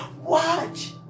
watch